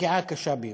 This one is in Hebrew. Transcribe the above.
פגיעה קשה ביותר.